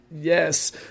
Yes